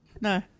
No